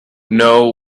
know